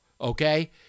okay